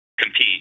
compete